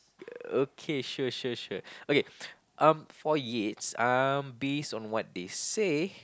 okay sure sure sure okay um for Yates uh based on what they say